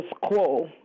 quo